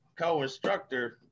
co-instructor